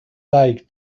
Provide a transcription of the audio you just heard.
like